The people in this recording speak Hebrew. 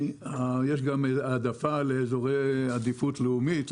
יש גם העדפה לאזורי עדיפות לאומית,